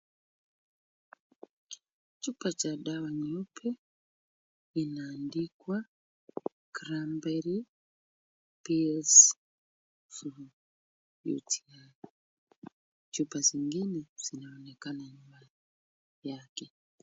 Chupa cha dawa nyeupe, inaandikwa Cramberin pills for UTI . Chupa zingine zinaonekana nyuma yake.